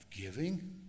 giving